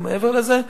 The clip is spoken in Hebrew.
לא מעבר לזה,